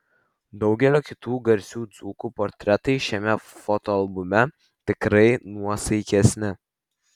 daugelio kitų garsių dzūkų portretai šiame fotoalbume tikrai nuosaikesni